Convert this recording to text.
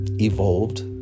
evolved